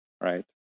right